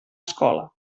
escola